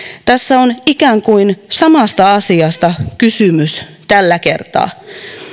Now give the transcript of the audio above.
tässä on ikään kuin samasta asiasta kysymys tällä kertaa